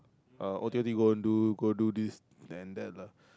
uh o_t_o_t go home do go do this and that lah